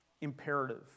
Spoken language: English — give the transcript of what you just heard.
imperative